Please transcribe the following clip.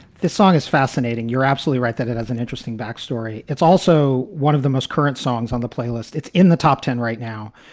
this song is fascinating. you're absolutely right that it has an interesting backstory. it's also one of the most current songs on the playlist. it's in the top ten right now.